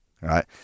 right